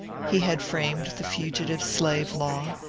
he had framed the fugitive slave law,